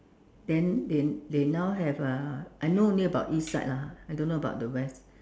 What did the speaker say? then they they now have uh I know only about East side lah I don't know about the West